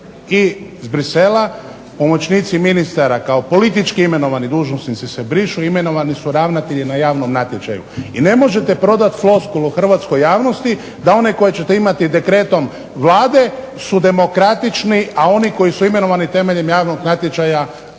i iz Bruxellesa pomoćnici ministara kao politički imenovani dužnosnici se brišu, imenovani su ravnatelji na javnom natječaju. I ne možete prodati floskulu hrvatskoj javnosti da one koje ćete imati dekretom Vlade su demokratični, a oni koji su imenovani temeljem javnog natječaja su